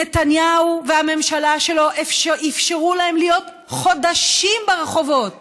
נתניהו והממשלה שלו אפשרו להם להיות חודשים ברחובות